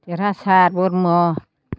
Derhasat Brahma